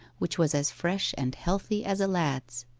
which was as fresh and healthy as a lad's.